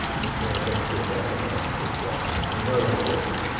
more a mixture of ethanol with gasoline. we know that works.